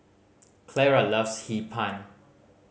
Clara loves Hee Pan